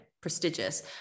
prestigious